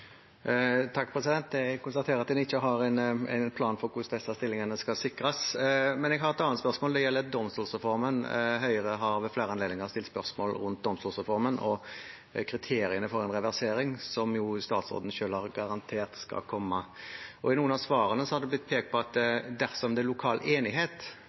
Jeg konstaterer at man ikke har en plan for hvordan disse stillingene skal sikres. Men jeg har et annet spørsmål, som gjelder domstolsreformen. Høyre har ved flere anledninger stilt spørsmål rundt domstolsreformen og kriteriene for en reversering, som statsråden selv har garantert skal komme. I noen av svarene har det blitt pekt på at dersom det er lokal enighet,